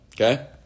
okay